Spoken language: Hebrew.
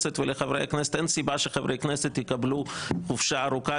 אין סיבה שחברי הכנסת יקבלו חופשה ארוכה